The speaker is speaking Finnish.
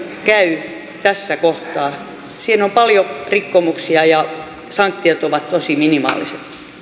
käy tässä kohtaa siinä on paljon rikkomuksia ja sanktiot ovat tosi minimaaliset